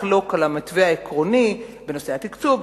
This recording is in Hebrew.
לחלוק על המתווה העקרוני בנושא התקצוב,